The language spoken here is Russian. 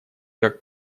как